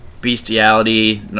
Bestiality